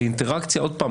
שוב,